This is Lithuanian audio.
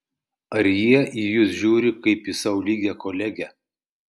ar jie į jus žiūri kaip į sau lygią kolegę